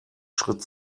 schritt